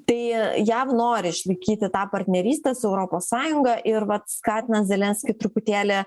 tai jav nori išlaikyti tą partnerystę su europos sąjunga ir vat skatina zelenskį truputėlį